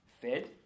fed